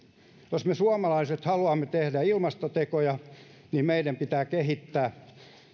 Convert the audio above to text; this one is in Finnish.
jos me suomalaiset haluamme tehdä ilmastotekoja niin meidän pitää kehittää